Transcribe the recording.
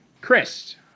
Chris